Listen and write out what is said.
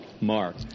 mark